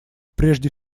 прежде